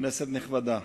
כנסת נכבדה,